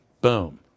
boom